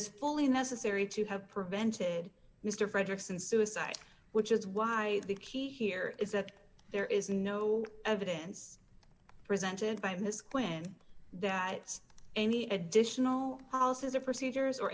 is fully necessary to have prevented mr frederickson suicide which is why the key here is that there is no evidence presented by miss quinn that any additional policies or procedures or